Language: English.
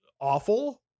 Awful